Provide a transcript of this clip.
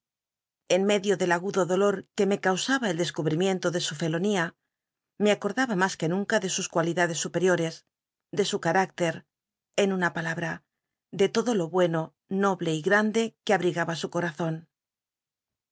en medio del agudo dolor que me causaba el descubrimiento de su felonía me acordaba mas que nunca de sus cualidades superiores de su car clcr en una pala l'a de todo lo bueno noble y grande que abrigaba su corazon